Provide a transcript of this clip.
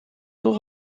tout